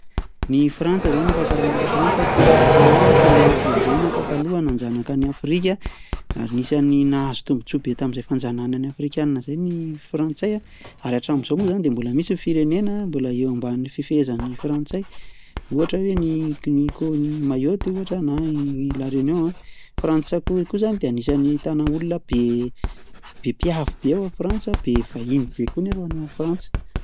Ny Frantsa izany ny ahafantarako an'i La Frantsa dia anisan'ny firenena mpanjanaka, taloha nanjanaka an'i Afrika ary anisan'ny nahazo tombontsoa be tamin'izay fanjanahana ny afrikana izay ny frantsay an, ary hatramin'izao moa izany dia mbola misy ny firenena eo ambany fifehezan'ny frantsay ohatra hoe i mayôty ohatra na La reunion i Frantsa koa izany dia anisan'ny ahitana olona, de be mpiavy be ao a Frantsa be vahiny be koa anefa any Frantsa.